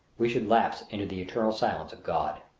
we should lapse into the eternal silence of god.